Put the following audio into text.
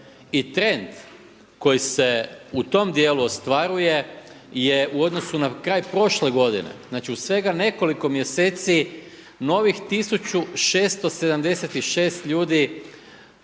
I trend koji se u tom dijelu ostvaruje je u odnosu na kraj prošle godine, znači u svega nekoliko mjeseci novih 1676 ljudi